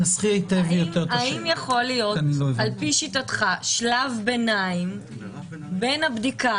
האם על פי שיטתך יכול להיות שלב ביניים בין הבדיקה